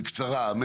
בקצרה.